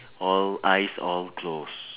all eyes all close